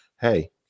Hey